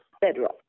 bedrock